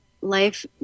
life